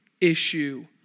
issue